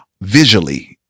visually